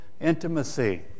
intimacy